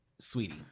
Sweetie